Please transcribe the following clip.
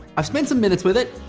i've spent some minutes with it.